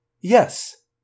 Yes